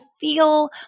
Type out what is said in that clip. feel